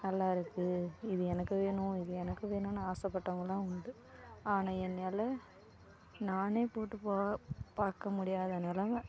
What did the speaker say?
நல்லாயிருக்கு இது எனக்கு வேணும் இது எனக்கு வேணும்னு ஆசைப்பட்டவங்கள்லாம் உண்டு ஆனால் என்னால நான் போட்டு போக பார்க்க முடியாத நிலைமை